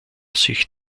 sich